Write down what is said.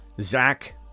Zach